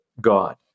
God